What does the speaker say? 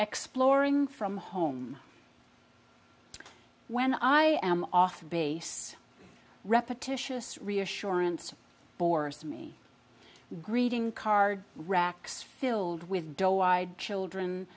exploring from home when i am off base repetitious reassurance bores me greeting card racks filled with door wide children